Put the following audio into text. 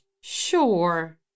sure